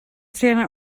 träna